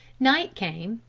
night came,